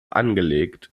angelegt